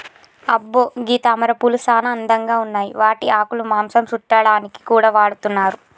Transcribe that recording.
అబ్బో గీ తామరపూలు సానా అందంగా ఉన్నాయి వాటి ఆకులు మాంసం సుట్టాడానికి కూడా వాడతున్నారు